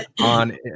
on